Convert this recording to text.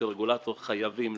הרגולטור עצמו חייב,